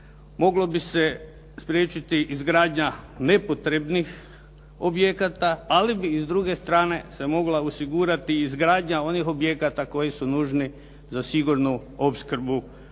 moglo bi se spriječiti izgradnja nepotrebnih objekata, ali bi i s druge strane se mogla osigurati i izgradnja onih objekata koji su nužni za sigurnu opskrbu plinom.